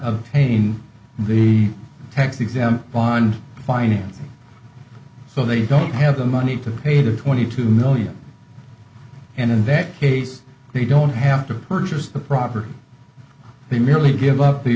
obtain the tax exempt bond financing so they don't have the money to pay the twenty two million and invest they don't have to purchase the property they merely give up the